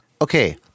Okay